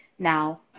Now